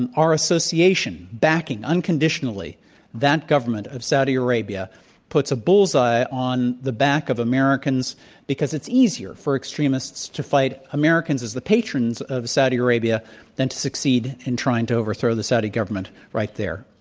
and association backing unconditionally that government of saudi arabia puts a bull's-eye on the back of americans because it's easier for extremists to fight americans as the patrons of saudi arabia than to succeed in trying to overthrow the saudi government right there.